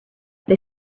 they